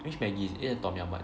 which maggie is it the tom yum [one]